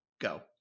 go